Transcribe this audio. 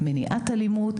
מניעת אלימות,